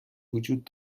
وجود